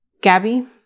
Gabby